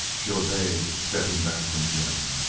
she obeyed, stepping back from jim.